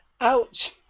Ouch